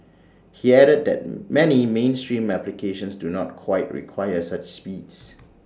he added that many mainstream applications do not quite require such speeds